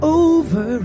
over